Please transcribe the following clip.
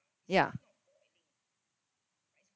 ya